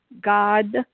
God